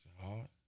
hard